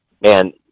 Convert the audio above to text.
man –